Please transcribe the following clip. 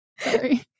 Sorry